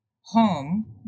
home